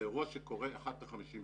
זה אירוע שקורה אחת ל-50 שנה.